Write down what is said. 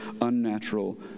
unnatural